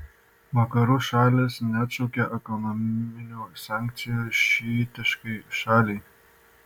vakarų šalys neatšaukė ekonominių sankcijų šiitiškai šaliai